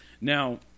now